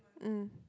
mm